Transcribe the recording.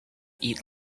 eat